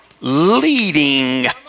Leading